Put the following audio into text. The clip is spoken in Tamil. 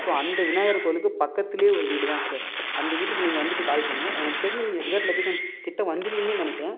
ஸோ அந்த விநாயகர் கோயிலுக்கு பக்கத்துல ஒரு வீடு தான் சார் அந்த வீட்டுக்கு நீங்கள் வந்துவிட்டு கால் பண்ணுங்கள் எனக்கு தெரிஞ்சு நீங்கள் எக்ஸாக்ட் லொக்கேஷன் கிட்ட வந்துருவீங்கன்னு நினைக்கிறேன்